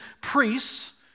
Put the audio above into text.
priests